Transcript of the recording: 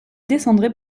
descendrait